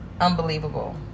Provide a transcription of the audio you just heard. Unbelievable